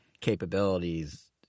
capabilities